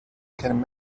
can